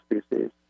species